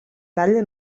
talla